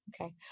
Okay